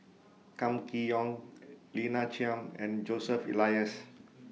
Kam Kee Yong Lina Chiam and Joseph Elias